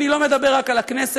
ואני לא מדבר רק על הכנסת,